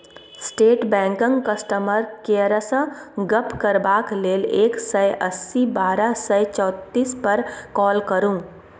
state बैंकक customer केयरसँ गप्प करबाक लेल एक सय अस्सी बारह सय चौतीस पर काँल करु